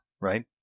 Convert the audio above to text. right